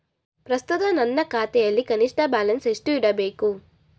ಪ್ರಸ್ತುತ ನನ್ನ ಖಾತೆಯಲ್ಲಿ ಕನಿಷ್ಠ ಬ್ಯಾಲೆನ್ಸ್ ಎಷ್ಟು ಇಡಬೇಕು?